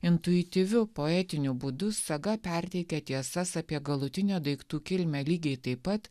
intuityviu poetiniu būdu saga perteikia tiesas apie galutinę daiktų kilmę lygiai taip pat